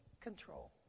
control